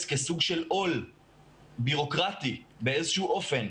כסוג של עול בירוקרטי באיזשהו אופן.